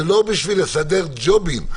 זה לא בשביל לסדר ג'ובים,